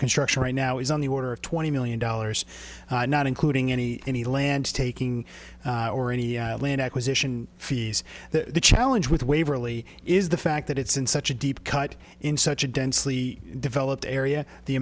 construction right now is on the order of twenty million dollars not including any any land taking or any land acquisition fees the challenge with waverly is the fact that it's in such a deep cut in such a densely developed area the